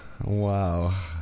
Wow